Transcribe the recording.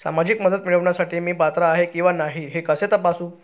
सामाजिक मदत मिळविण्यासाठी मी पात्र आहे किंवा नाही हे कसे तपासू?